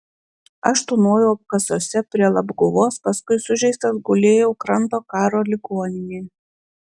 aš tūnojau apkasuose prie labguvos paskui sužeistas gulėjau kranto karo ligoninėje